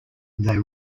they